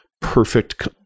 perfect –